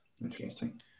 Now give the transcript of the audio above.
Interesting